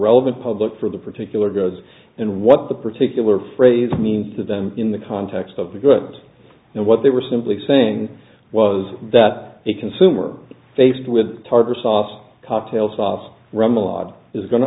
relevant public for the particular goods and what the particular phrase means to them in the context of the goods and what they were simply saying was that a consumer faced with tartar sauce cocktail sauce from a lot is going to